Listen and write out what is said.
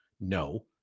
no